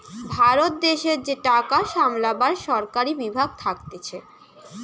ভারত দেশের যে টাকা সামলাবার সরকারি বিভাগ থাকতিছে